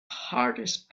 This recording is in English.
hardest